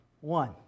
one